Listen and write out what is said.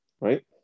right